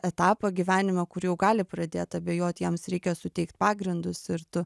etapą gyvenime kur jau gali pradėt abejot jiems reikia suteikt pagrindus ir tu